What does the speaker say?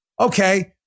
Okay